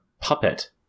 puppet